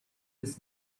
this